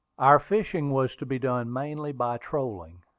our fishing was to be done mainly by trolling,